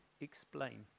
explain